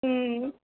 ও